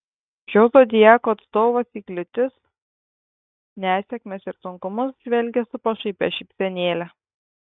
šio zodiako atstovas į kliūtis nesėkmes ir sunkumus žvelgia su pašaipia šypsenėle